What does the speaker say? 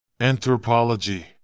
Anthropology